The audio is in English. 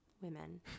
women